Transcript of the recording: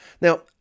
Now